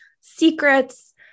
secrets